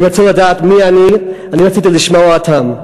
הם רצו לדעת מי אני, אני רציתי לשמוע אותם.